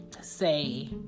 say